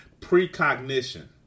precognition